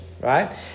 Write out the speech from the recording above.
right